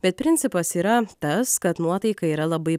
bet principas yra tas kad nuotaika yra labai